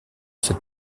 cette